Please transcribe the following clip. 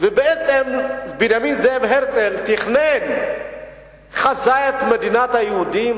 ובעצם בנימין זאב הרצל תכנן וחזה את מדינת היהודים